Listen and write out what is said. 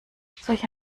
solch